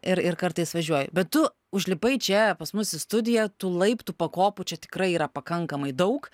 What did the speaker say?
ir ir kartais važiuoju bet tu užlipai čia pas mus į studiją tų laiptų pakopų čia tikrai yra pakankamai daug